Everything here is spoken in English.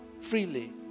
freely